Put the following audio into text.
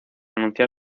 anunciar